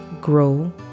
grow